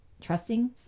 trusting